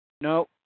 No